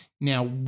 Now